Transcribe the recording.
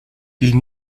die